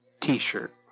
t-shirt